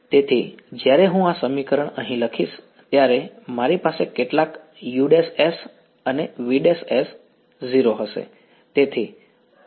તેથી જ્યારે હું આ સમીકરણ અહીં લખીશ ત્યારે મારી પાસે કેટલાક us અને vs 0 હશે